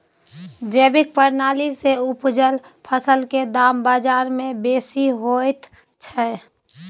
जैविक प्रणाली से उपजल फसल के दाम बाजार में बेसी होयत छै?